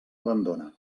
abandona